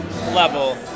level